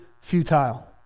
futile